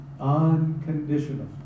unconditional